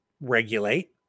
regulate